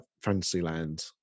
Fantasyland